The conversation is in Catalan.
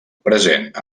present